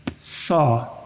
saw